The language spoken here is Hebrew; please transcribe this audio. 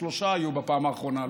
שלושה היו בפעם האחרונה.